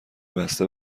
بسته